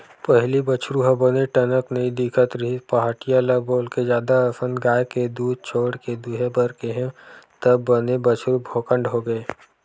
पहिली बछरु ह बने टनक नइ दिखत रिहिस पहाटिया ल बोलके जादा असन गाय के दूद छोड़ के दूहे बर केहेंव तब बने बछरु भोकंड होगे